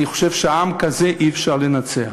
אני חושב שעם כזה אי-אפשר לנצח,